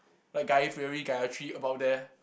like guy-fieri Gayathri about there